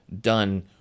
done